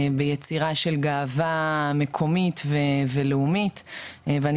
ביצירה של גאווה מקומית ולאומית ואני